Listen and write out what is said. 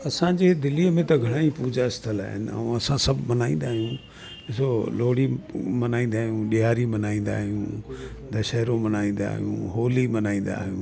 असांजी दिल्लीअ में त घणेई पूजा स्थल आहिनि ऐं असां सभु मल्हाईंदा आहियूं ॾिसो लोहड़ी मल्हाईंदा आहियूं ॾियारी मल्हाईंदा आहियूं दशहरो मनाईंदा आहियूं होली मल्हाईंदा आहियूं